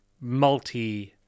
multi-